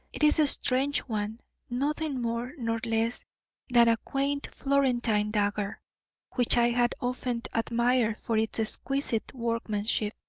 it is a strange one nothing more nor less than a quaint florentine dagger which i had often admired for its exquisite workmanship.